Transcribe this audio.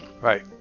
Right